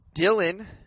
Dylan